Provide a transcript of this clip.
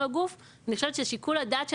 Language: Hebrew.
אוטומטי לאותו גוף אני חושבת ששיקול הדעת שלה,